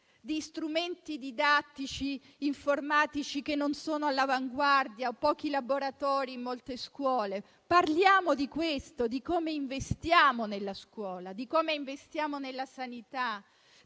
di strumenti didattici e informatici che non sono all'avanguardia, di pochi laboratori in molte scuole. Parliamo di questo, di come investiamo nella scuola, di come investiamo nella sanità,